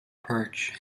perch